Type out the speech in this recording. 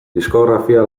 diskografia